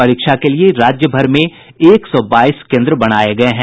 परीक्षा के लिए राज्य भर में एक सौ बाईस केन्द्र बनाये गये हैं